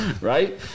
right